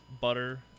butter